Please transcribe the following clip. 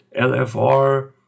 LFR